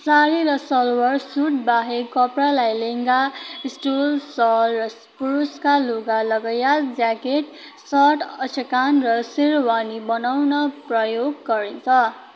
सारी र सलवार सुट बाहेक कपडालाई लेहेङ्गा स्टुल्स सल र पुरुषका लुगा लगायत ज्याकेट सर्ट अचकान र सेरवानी बनाउन प्रयोग गरिन्छ